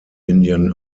indian